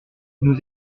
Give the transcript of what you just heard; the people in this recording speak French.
nous